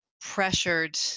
pressured